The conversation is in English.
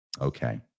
Okay